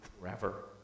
forever